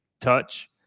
touch